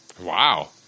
Wow